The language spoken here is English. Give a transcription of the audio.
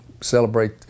celebrate